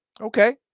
Okay